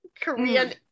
Korean